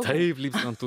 taip lyg ant